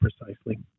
Precisely